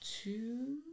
two